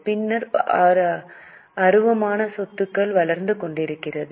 பின்னர் அருவமான சொத்துகள் வளர்ந்து கொண்டிருக்கிறது